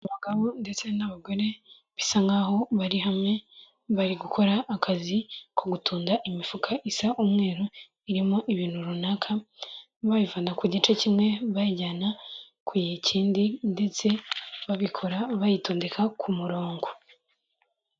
Abagabo ndetse n'abagore bisa nkaho bari hamwe bari gukora akazi ko gutunda imifuka isa umweru irimo ibintu runaka bayivana ku gice kimwe bayijyana kukindi ndetse babikora bayitondeka ku murongo.